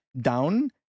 down